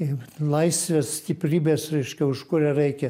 ir laisvės stiprybės reiškia už kurią reikia